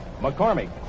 McCormick